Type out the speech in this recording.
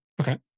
Okay